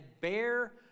bear